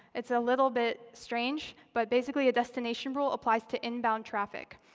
it's a little bit strange, but basically a destination rule applies to inbound traffic.